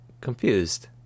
confused